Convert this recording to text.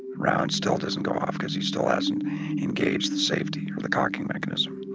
round still doesn't go off because he still hasn't engaged the safety of the cocking mechanism.